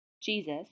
Jesus